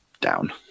down